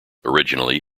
originally